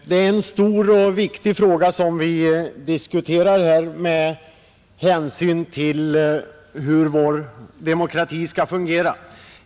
Herr talman! Den fråga som vi nu diskuterar är stor och viktig med hänsyn till hur vår demokrati skall fungera.